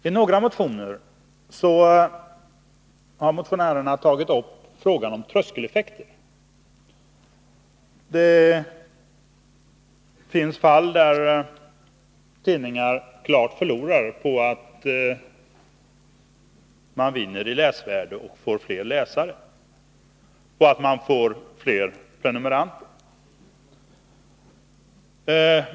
I några motioner har motionärerna tagit upp frågan om tröskeleffekter. Det finns fall där tidningar klart förlorar på att de vinner i läsvärde och får fler läsare och fler prenumeranter.